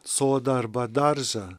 sodą arba daržą